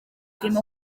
dim